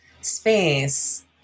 space